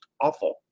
awful